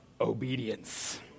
obedience